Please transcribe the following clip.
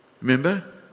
Remember